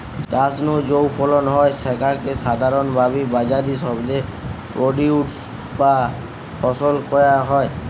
চাষ নু যৌ ফলন হয় স্যাগা কে সাধারণভাবি বাজারি শব্দে প্রোডিউস বা ফসল কয়া হয়